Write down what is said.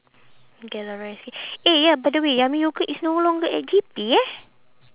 gelare eh ya by the way yummy yogurt is no longer at J_P eh